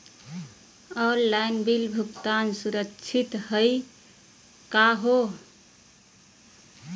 Online bill भुगतान सुरक्षित हई का हो?